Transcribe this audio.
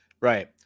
Right